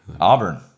Auburn